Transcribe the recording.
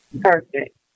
Perfect